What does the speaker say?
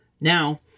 Now